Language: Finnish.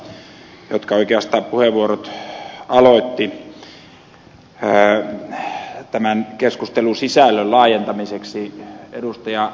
sisältöä tuli vasta viimeisissä puheenvuoroissa ja puheenvuorot keskustelun sisällön laajentamiseksi aloitti oikeastaan ed